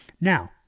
Now